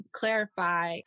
clarify